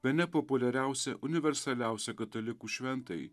bene populiariausią universaliausią katalikų šventąjį